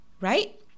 right